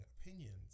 opinions